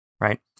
right